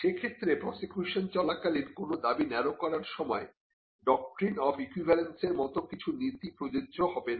সে ক্ষেত্রে প্রসিকিউশন চলাকালীন কোন দাবি ন্যারো করার সময় ডক্ট্রিন অফ ইকুইভ্যালেন্সের মত কিছু নীতি প্রযোজ্য হবে না